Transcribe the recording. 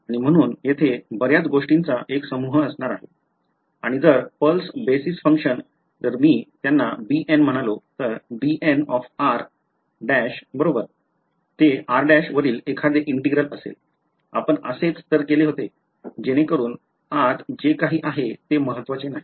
आणि म्हणून येथे बर्याच गोष्टींचा एक समूह असणार आहे आणि जर पल्स बेस फंक्शन जर मी त्यांना bn म्हणालो तर bn ऑफ r' बरोबर ते r' वरील एखादे integral असेल आपण असेच तर केले होते जेणेकरून आत जे काही आहे ते महत्त्वाचे नाही